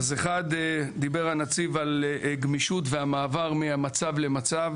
אחד, דיבר הנציב על גמישות והמעבר ממצב למצב.